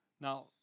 Now